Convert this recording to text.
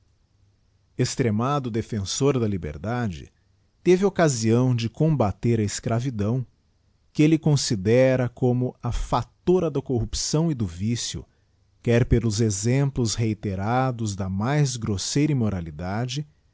extremado defensor da liberdade teve occasião de combater a escravidão que elle considera como a factora da corrupção e do vicio quer pelos exemplos reiterados da mais grosseira immoralidade